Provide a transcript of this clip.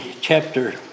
chapter